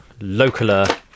localer